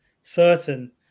certain